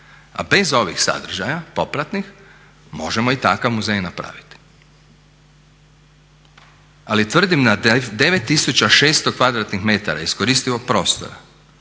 a bez ovih sadržaja, popratnih, možemo i takav muzej napraviti. Ali tvrdim na 9600 kvadratnih metara iskoristivog prostora